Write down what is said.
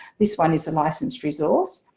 this one is a licensed resource,